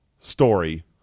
story